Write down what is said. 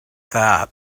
that